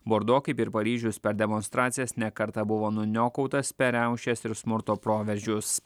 bordo kaip ir paryžius per demonstracijas nekartą buvo nuniokautas per riaušes ir smurto proveržius